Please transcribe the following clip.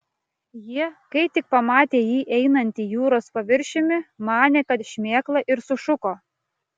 jie kai tik pamatė jį einantį jūros paviršiumi manė kad šmėkla ir sušuko